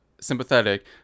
sympathetic